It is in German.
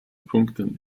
punkten